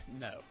No